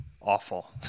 awful